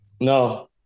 No